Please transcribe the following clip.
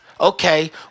Okay